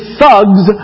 thugs